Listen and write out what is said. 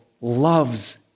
loves